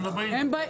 הם מעדיפים-